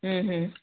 हूं हूं